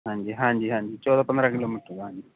ਹਾਂਜੀ ਹਾਂਜੀ ਹਾਂਜੀ ਚੌਦਾਂ ਪੰਦਰਾਂ ਕਿਲੋਮੀਟਰ ਹਾਂਜੀ